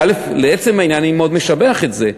לעצם העניין אני מאוד משבח את זה,